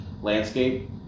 Landscape